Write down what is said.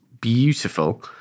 beautiful